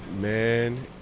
Man